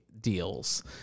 deals